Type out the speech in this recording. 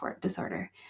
disorder